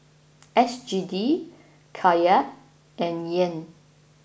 S G D Kyat and Yen